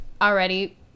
already